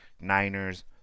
Niners